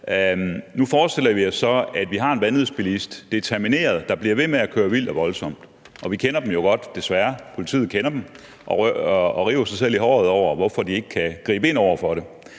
Nu forestiller vi os så, at vi har en vanvidsbilist, determineret, der bliver ved med at køre vildt og voldsomt. Og vi kender dem jo godt, desværre. Politiet kender dem og river sig selv i håret over, hvorfor de ikke kan gribe ind over for dem.